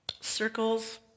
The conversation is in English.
Circles